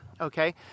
Okay